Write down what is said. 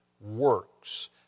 works